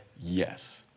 yes